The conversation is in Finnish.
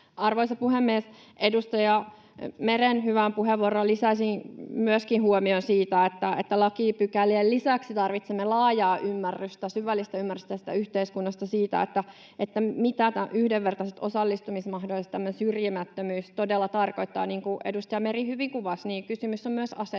Arvoisa puhemies! Edustaja Meren hyvään puheenvuoroon lisäisin myöskin huomion siitä, että lakipykälien lisäksi tarvitsemme laajaa ymmärrystä, syvällistä ymmärrystä, tästä yhteiskunnasta, siitä, mitä yhdenvertaiset osallistumismahdollisuudet, syrjimättömyys todella tarkoittavat. Niin kuin edustaja Meri hyvin kuvasi, kysymys on myös asenteista.